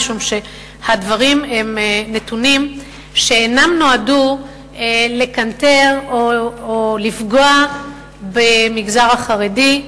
משום שהדברים הם נתונים שלא נועדו לקנטר או לפגוע במגזר החרדי,